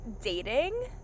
dating